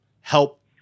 help